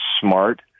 smart